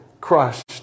crushed